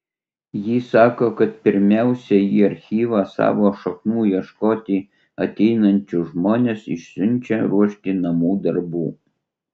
ji sako kad pirmiausia į archyvą savo šaknų ieškoti ateinančius žmones išsiunčia ruošti namų darbų